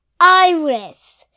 Iris